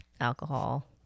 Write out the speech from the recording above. alcohol